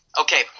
Okay